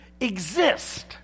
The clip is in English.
exist